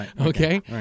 Okay